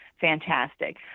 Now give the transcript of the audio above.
fantastic